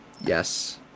Yes